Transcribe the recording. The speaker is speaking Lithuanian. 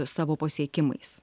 savo pasiekimais